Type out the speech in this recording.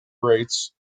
rates